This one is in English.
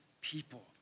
people